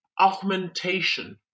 augmentation